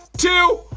two,